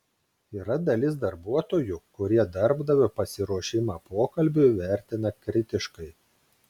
yra dalis darbuotojų kurie darbdavio pasiruošimą pokalbiui vertina kritiškai